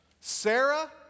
Sarah